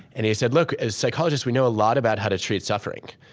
and he said, look, as psychologists, we know a lot about how to treat suffering.